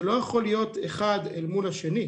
זה לא יכול להיות אחד אל מול השני,